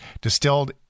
distilled